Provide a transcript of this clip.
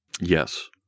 Yes